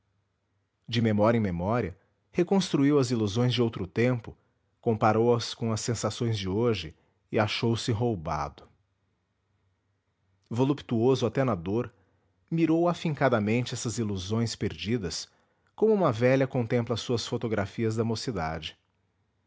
de memória em memória reconstruiu as ilusões de outro tempo comparou as com as sensações de hoje e achou-se roubado voluptuoso até na dor mirou afincadamente essas ilusões perdidas como uma velha contempla as suas fotografias da mocidade